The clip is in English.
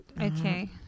Okay